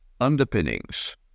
underpinnings